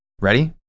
Ready